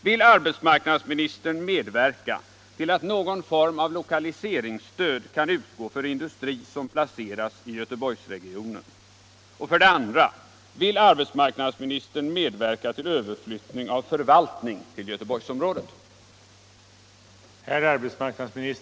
Vill arbetsmarknadsministern medverka till att någon form av lo kaliseringsstöd kan utgå för industri som placeras i Göteborgsregionen? 2. Vill arbetsmarknadsministern medverka till överflyttning av för valtning till Göteborgsområdet?